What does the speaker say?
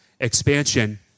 expansion